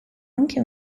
anche